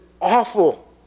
awful